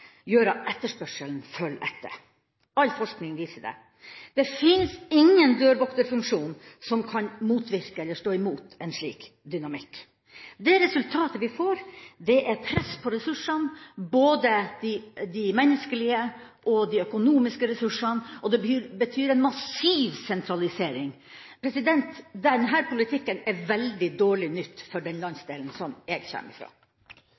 gjør at etterspørselen følger etter. All forskning viser det. Det finnes ingen dørvokterfunksjon som kan motvirke eller stå imot en slik dynamikk. Det resultatet vi får, er press på både de menneskelige og de økonomiske ressursene. Det betyr en massiv sentralisering. Denne politikken er veldig dårlig nytt for den landsdelen jeg kommer fra.